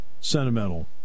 sentimental